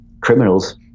criminals